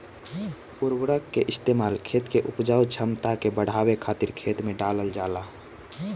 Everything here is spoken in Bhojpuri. उर्वरक के इस्तेमाल खेत के उपजाऊ क्षमता के बढ़ावे खातिर खेत में डालल जाला